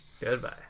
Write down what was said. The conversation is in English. Goodbye